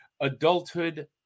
adulthood